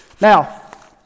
Now